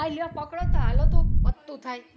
આ લ્યો પકડો તો ચાલો તો પતતુ થાય